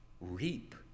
reap